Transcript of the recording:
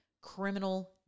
criminal